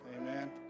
Amen